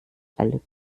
alle